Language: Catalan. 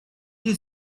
dir